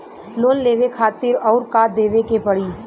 Loan लेवे खातिर अउर का देवे के पड़ी?